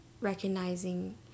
recognizing